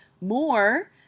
more